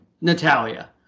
Natalia